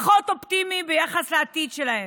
פחות אופטימיים ביחס לעתיד שלהם?